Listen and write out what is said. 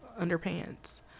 underpants